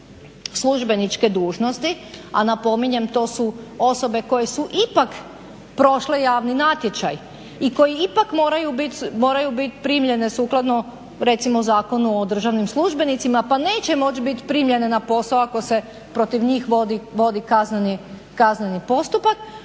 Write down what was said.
službeničke dužnosti, a napominjem to su osobe koje su ipak prošle javni natječaj i koje ipak moraju bit primljene sukladno recimo Zakonu o državnim službenicima pa neće moći biti primljene na posao ako se protiv njih vodi kazneni postupak.